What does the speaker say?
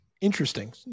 Interesting